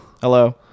Hello